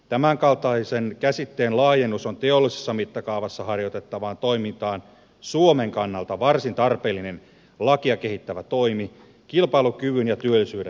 tämänkaltainen käsitteen laajennus teollisessa mittakaavassa harjoitettavaan toimintaan on suomen kannalta varsin tarpeellinen lakia kehittävä toimi kilpailukyvyn ja työllisyyden kannalta